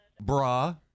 Bra